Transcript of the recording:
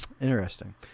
interesting